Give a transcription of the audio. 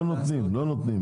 לא נותנים, לא נותנים.